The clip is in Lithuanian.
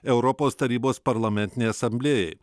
europos tarybos parlamentinei asamblėjai